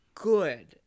Good